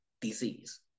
disease